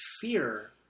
fear